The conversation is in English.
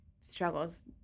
struggles